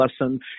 lesson